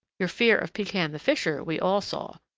your fear of pekan the fisher we all saw.